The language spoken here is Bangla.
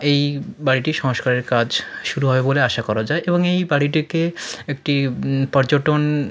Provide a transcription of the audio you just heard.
এই বাড়িটি সংস্কারের কাজ শুরু হবে বলে আশা করা যায় এবং এই বাড়িটিতে একটি পর্যটন